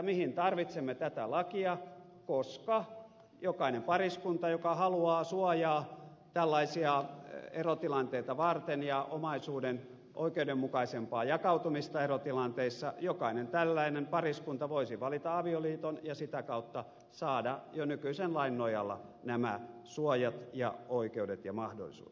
mihin tarvitsemme tätä lakia koska jokainen pariskunta joka haluaa suojaa tällaisia erotilanteita varten ja omaisuuden oikeudenmukaisempaa jakautumista erotilanteissa jokainen tällainen pariskunta voisi valita avioliiton ja sitä kautta saada jo nykyisen lain nojalla nämä suojat ja oikeudet ja mahdollisuudet